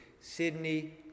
Sydney